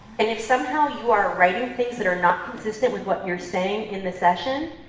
and if somehow you are writing things that are not consistent with what you're saying in the session,